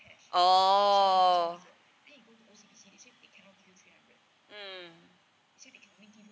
oh mm